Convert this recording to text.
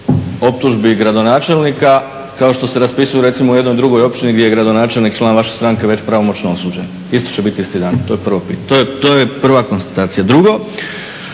optužbi gradonačelnika kao što se raspisuju recimo u jednoj drugoj općini gdje je gradonačelnik član naše stranke već pravomoćno osuđen, isto će biti isti dan. To je prva konstatacija. Drugo,